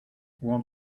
want